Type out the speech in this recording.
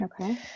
Okay